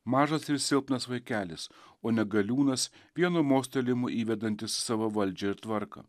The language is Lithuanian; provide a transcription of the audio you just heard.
mažas ir silpnas vaikelis o ne galiūnas vienu mostelėjimu įvedantis savo valdžią ir tvarką